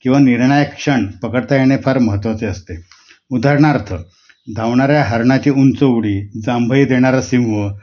किंवा निर्णायक क्षण पकडता येणे फार महत्त्वाचे असते उदाहरणार्थ धावणाऱ्या हरणाची उंच उडी जांभई देणारा सिंह